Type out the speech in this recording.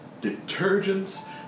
detergents